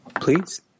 Please